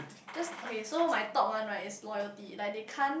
just okay so my top one right is loyalty like they can't